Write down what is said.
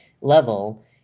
level